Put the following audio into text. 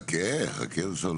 חכה בסבלנות.